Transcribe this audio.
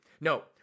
No